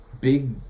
big